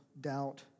doubt